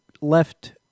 left